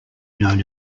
known